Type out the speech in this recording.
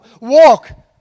walk